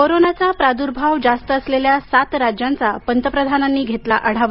कोरोनाचा प्राद्र्भाव जास्त असलेल्या सात राज्यांचा पंतप्रधानांनी घेतला आढावा